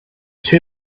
two